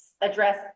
address